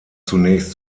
zunächst